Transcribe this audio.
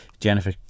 Jennifer